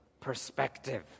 perspective